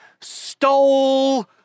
stole